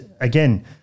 again